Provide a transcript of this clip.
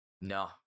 No